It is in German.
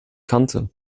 kannte